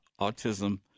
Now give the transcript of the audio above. autism